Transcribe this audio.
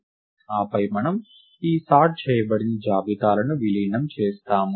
ఆపై మనము ఈ సార్ట్ చేయబడిన జాబితాలను విలీనం చేస్తాము